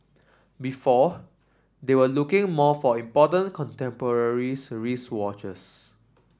before they were looking more for important contemporary wristwatches